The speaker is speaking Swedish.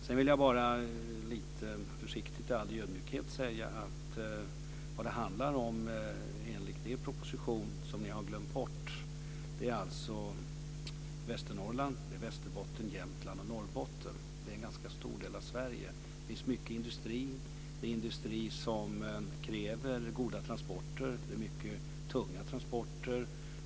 Sedan vill jag försiktigt i all ödmjukhet säga att vad det handlar om, något som ni glömt bort i er proposition, är Västernorrland, Västerbotten, Jämtland och Norrbotten. Det är en ganska stor del av Sverige. Det finns mycket industri som kräver goda transporter. Det är mycket tunga transporter.